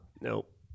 Nope